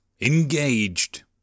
Engaged